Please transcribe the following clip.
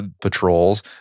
patrols